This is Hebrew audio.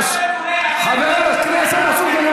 חבר הכנסת מסעוד גנאים,